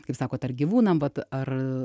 kaip sakot ar gyvūnam vat ar